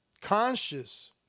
conscious